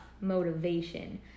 motivation